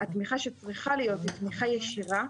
התמיכה שצריכה להיות היא תמיכה ישירה,